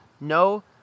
no